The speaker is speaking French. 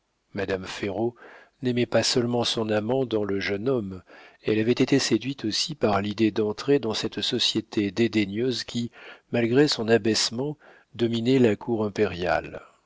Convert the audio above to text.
madame ferraud n'aimait pas seulement son amant dans le jeune homme elle avait été séduite aussi par l'idée d'entrer dans cette société dédaigneuse qui malgré son abaissement dominait la cour impériale